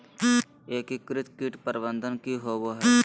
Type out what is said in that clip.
एकीकृत कीट प्रबंधन की होवय हैय?